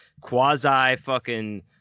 quasi-fucking